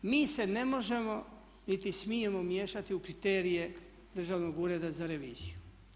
Mi se ne možemo niti smijemo miješati u kriterije Državnog ureda za reviziju.